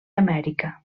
amèrica